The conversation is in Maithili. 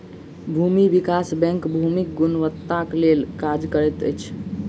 भूमि विकास बैंक भूमिक गुणवत्ताक लेल काज करैत अछि